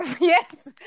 Yes